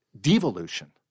devolution